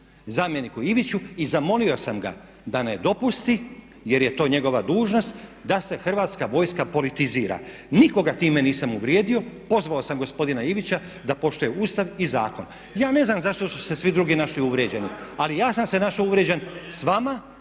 zamjeniku Iviću i zamolio sam ga da ne dopusti, jer je to njegova dužnost da se Hrvatska vojska politizira. Nikoga time nisam uvrijedio, pozvao sam gospodina Ivića da poštuje Ustav i zakon. Ja ne znam zašto su se svi drugi našli uvrijeđeni. Ali ja sam se našao uvrijeđen s vama